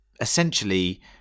essentially